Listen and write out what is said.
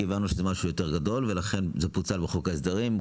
כי הבנו שזה משהו יותר גדול ולכן זה פוצל בחוק ההסדרים.